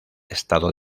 estado